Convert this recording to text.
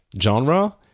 genre